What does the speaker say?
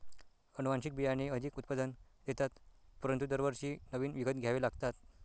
अनुवांशिक बियाणे अधिक उत्पादन देतात परंतु दरवर्षी नवीन विकत घ्यावे लागतात